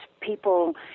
people